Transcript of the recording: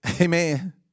Amen